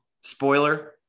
Spoiler